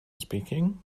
speaking